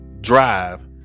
drive